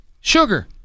sugar